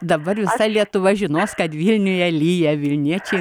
dabar visa lietuva žinos kad vilniuje lyja vilniečiai